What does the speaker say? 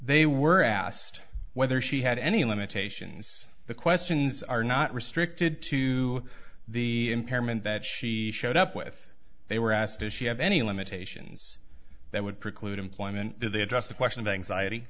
they were asked whether she had any limitations the questions are not restricted to the impairment that she showed up with they were asked does she have any limitations that would preclude employment they address the question of anxiety